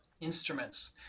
instruments